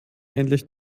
endlich